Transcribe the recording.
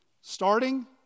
starting